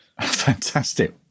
Fantastic